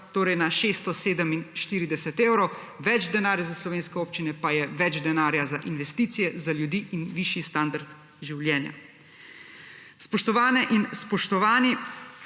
torej na 647 evrov. Več denarja za slovenske občine pa je več denarja za investicije, za ljudi in višji standard življenja. Spoštovane in spoštovani,